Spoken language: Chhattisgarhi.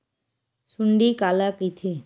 सुंडी काला कइथे?